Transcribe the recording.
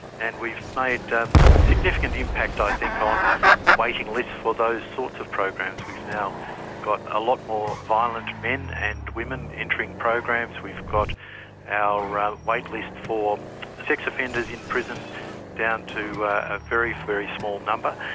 and we've made a significant impact i think on waiting lists for those sorts of programs. we've now got a lot more violent men and women entering programs, we've got our ah waitlist for sex offenders in prison down to a very, very small number,